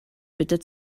bitte